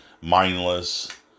mindless